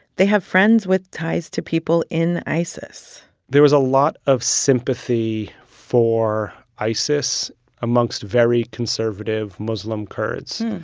they have friends with ties to people in isis there was a lot of sympathy for isis amongst very conservative muslim kurds.